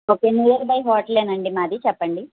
okay near by hotel అండి మాది చెప్పండి